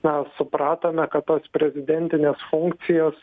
mes supratome kad tos prezidentinės funkcijos